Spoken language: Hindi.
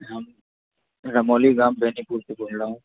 हम रमोली ग्राम बेजपुर से बोल रहा हूँ